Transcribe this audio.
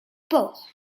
port